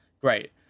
Great